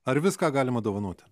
ar viską galima dovanoti